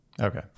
Okay